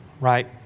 Right